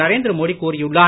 நரேந்திர மோடி கூறியுள்ளார்